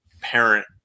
parent